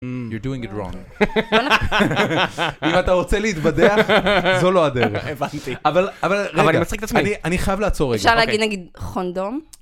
אם אתה רוצה להתבדח, זו לא הדרך. רגע אבל אבל אני חייב לעצור רגע.אפשר להגיד נגיד לונדון?